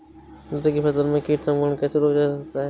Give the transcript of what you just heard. मटर की फसल में कीट संक्रमण कैसे रोका जा सकता है?